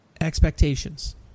Expectations